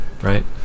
right